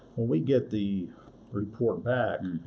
when we get the report back,